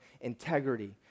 integrity